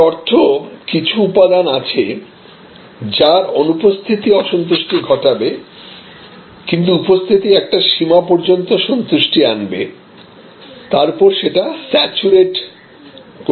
এর অর্থ কিছু উপাদান আছে যার অনুপস্থিতি অসন্তুষ্টি ঘটাবে কিন্তু উপস্থিতি একটি সীমা পর্যন্ত সন্তুষ্টি আনবে তার উপরে সেটা সেচুরেট করে যাবে